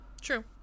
True